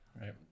Right